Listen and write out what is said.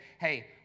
hey